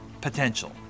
potential